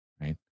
right